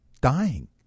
dying